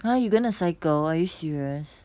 !huh! you gonna cycle are you serious